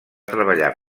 treballar